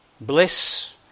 Bliss